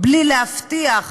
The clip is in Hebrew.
בלי להבטיח